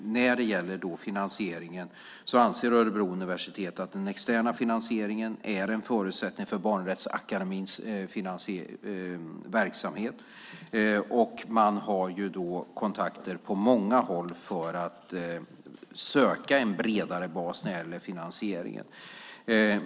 När det gäller finansieringen anser Örebro universitet att den externa finansieringen är en förutsättning för Barnrättsakademins verksamhet. Man har då kontakter på många håll för att söka en bredare bas när det gäller finansieringen.